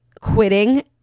quitting